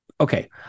Okay